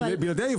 שהחלב